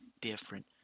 different